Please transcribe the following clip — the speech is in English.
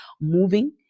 moving